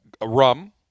rum